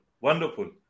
Wonderful